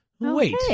wait